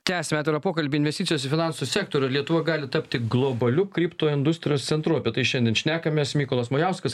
tęsiame atvirą pokalbį investicijos į finansų sektorių lietuva gali tapti globaliu kripto industrijos centru apie tai šiandien šnekamės mykolas majauskas